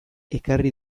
ekarri